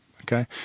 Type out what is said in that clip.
Okay